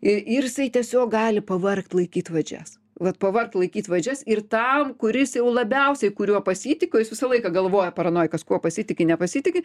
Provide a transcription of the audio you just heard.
i ir jisai tiesiog gali pavargt laikyt vadžias vat pavargt laikyti vadžias ir tam kuris jau labiausiai kuriuo pasitikiu jis visą laiką galvoja paranojikas kuo pasitiki nepasitiki